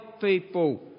people